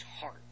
heart